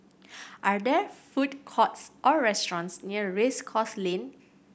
are there food courts or restaurants near Race Course Lane